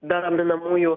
be raminamųjų